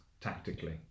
tactically